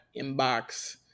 inbox